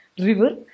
river